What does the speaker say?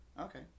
Okay